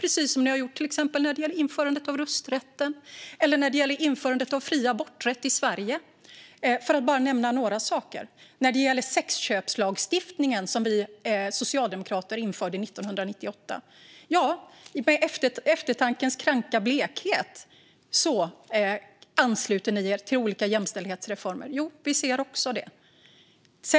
Det har ni ju gjort när det gäller till exempel införandet av rösträtt, införandet av fri aborträtt i Sverige och sexköpslagstiftningen, som vi socialdemokrater införde 1998. I eftertankens kranka blekhet ansluter ni er till olika jämställdhetsreformer.